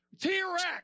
T-Rex